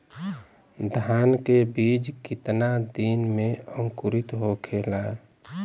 धान के बिज कितना दिन में अंकुरित होखेला?